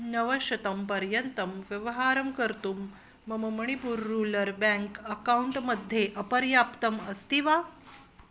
नवशतं पर्यन्तं व्यवहारं कर्तुं मम मणिपुर् रूलर् बेङ्क् अकौण्ट् मध्ये अपर्याप्तम् अस्ति वा